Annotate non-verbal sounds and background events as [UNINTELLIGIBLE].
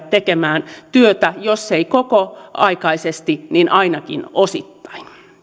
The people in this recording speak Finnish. [UNINTELLIGIBLE] tekemään työtä jos eivät kokoaikaisesti niin ainakin osittain